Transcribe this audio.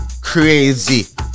crazy